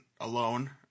alone